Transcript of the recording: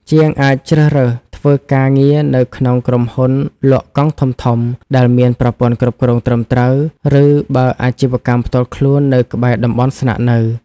ជាងអាចជ្រើសរើសធ្វើការងារនៅក្នុងក្រុមហ៊ុនលក់កង់ធំៗដែលមានប្រព័ន្ធគ្រប់គ្រងត្រឹមត្រូវ ឬបើកអាជីវកម្មផ្ទាល់ខ្លួននៅក្បែរតំបន់ស្នាក់នៅ។